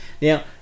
Now